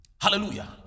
hallelujah